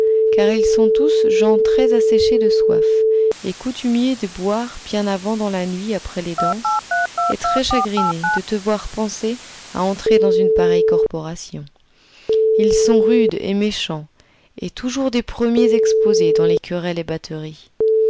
car ils sont tous gens très asséchés de soif et coutumiers de boire bien avant dans la nuit après les danses est très chagrinée de te voir penser à entrer dans une pareille corporation ils sont rudes et méchants et toujours des premiers exposés dans les querelles et batteries